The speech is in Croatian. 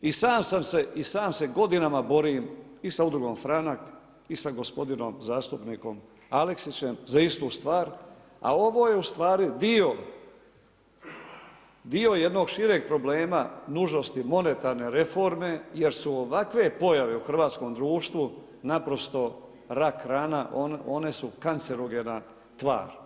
I sam se godinama borim i sa Udrugom Franak i sa gospodinom zastupnikom Aleksićem za istu stvar, a ovo je u stvari dio, dio jednog šireg problema nužnosti monetarne reforme jer su ovakve pojave u hrvatskom društvu naprosto rak rana, one su kancerogena tvar.